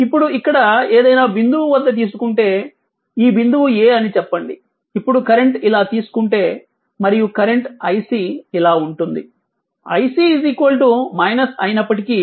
ఇప్పుడు ఇక్కడ ఏదైనా బిందువు వద్ద తీసుకుంటే ఈ బిందువు A అని చెప్పండి ఇప్పుడు కరెంట్ ఇలా తీసుకుంటే మరియు కరెంట్ iC ఇలా ఉంటుంది ic అయినప్పటికీ